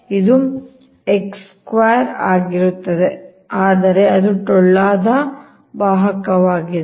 ಇದು x² ಆಗಿರುತ್ತದೆ ಆದರೆ ಅದು ಟೊಳ್ಳಾದ ವಾಹಕವಾಗಿದೆ